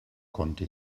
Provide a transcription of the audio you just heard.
konnte